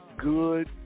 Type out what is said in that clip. good